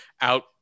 out